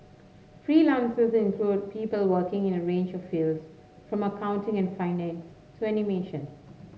freelancers include people working in a range of fields from accounting and finance to animation